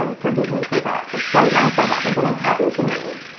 um forgive me for that. but sometimes that happens, and it happened to me